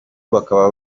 bakaba